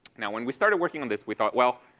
now, when we started working on this we thought, well,